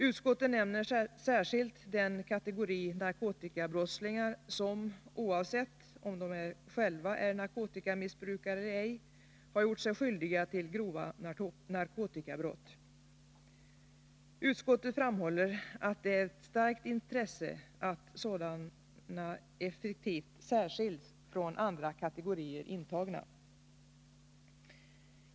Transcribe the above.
Utskottet nämner särskilt den kategori narkotikabrottslingar som — oavsett om de själva är narkotikamissbrukare eller ej — har gjort sig skyldiga till grova narkotikabrott. Utskottet framhåller att det är ett starkt intresse att sådana brottslingar effektivt särskiljs från andra kategorier intagna.